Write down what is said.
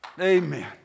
Amen